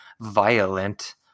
violent